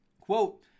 Quote